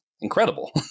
incredible